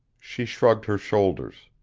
she shrugged her shoulders.